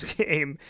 game